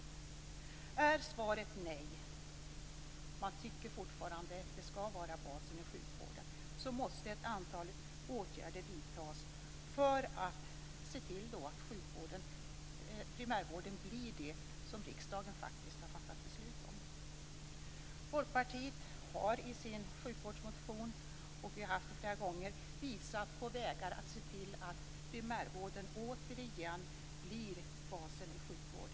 Är svaret nej, tycker man alltså fortfarande att detta skall vara basen i sjukvården, måste ett antal åtgärder vidtas för att se till att primärvården blir det som riksdagen faktiskt har fattat beslut om. Folkpartiet har i sin sjukvårdsmotion, och vi har gjort det flera gånger, visat på vägar att se till att primärvården återigen blir basen i sjukvården.